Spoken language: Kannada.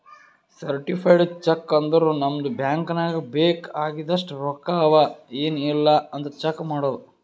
ಸರ್ಟಿಫೈಡ್ ಚೆಕ್ ಅಂದುರ್ ನಮ್ದು ಬ್ಯಾಂಕ್ ನಾಗ್ ಬೇಕ್ ಆಗಿದಷ್ಟು ರೊಕ್ಕಾ ಅವಾ ಎನ್ ಇಲ್ಲ್ ಅಂತ್ ಚೆಕ್ ಮಾಡದ್